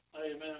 Amen